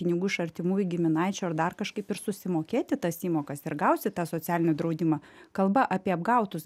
pinigų iš artimųjų giminaičių ar dar kažkaip ir susimokėti tas įmokas ir gausit tą socialinį draudimą kalba apie apgautus